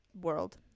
world